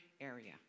area